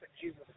Jesus